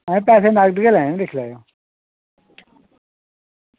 आं पैसे नकद गै लैने निं दिक्खी लैयो